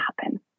happen